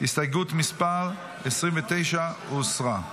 הסתייגות מס' 29 הוסרה.